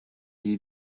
gli